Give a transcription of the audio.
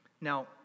Now